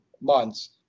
months